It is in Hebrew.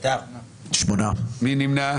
מי נמנע?